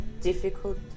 difficult